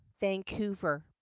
vancouver